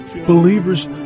believers